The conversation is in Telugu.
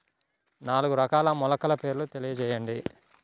నాలుగు రకాల మొలకల పేర్లు తెలియజేయండి?